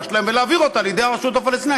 שלהם ולהעביר אותם לידי הרשות הפלסטינית?